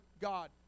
God